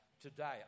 today